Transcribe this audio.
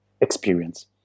experience